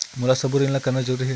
मोला सबो ऋण ला करना जरूरी हे?